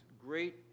great